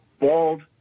bald